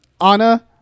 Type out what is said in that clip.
Anna